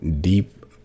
deep